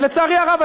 ולצערי הרב,